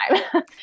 time